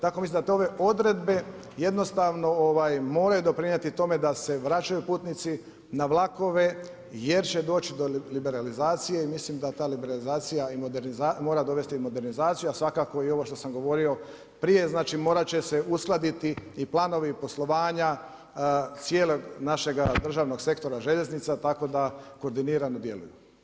Tako da mislim, da te ove odredbe, jednostavno moraju doprinijeti tome da se vraćaju putnici na vlakove, jer će doći do liberalizacije i mislim da ta liberalizacija mora dovesti i modernizaciju, a i svakako i ovo što sam govorio prije, znači morat će se uskladiti i planovi i poslovanja, cijelog našeg državnog sektora željeznica tako da koordinirano djeluju.